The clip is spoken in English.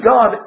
God